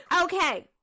Okay